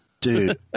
Dude